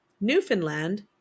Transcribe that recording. Newfoundland